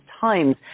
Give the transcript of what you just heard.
Times